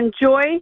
enjoy